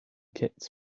kits